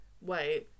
Wait